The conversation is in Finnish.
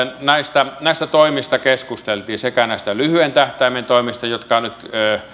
näistä näistä toimista keskusteltiin näistä lyhyen tähtäimen toimista jotka nyt